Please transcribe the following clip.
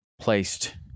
placed